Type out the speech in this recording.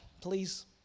please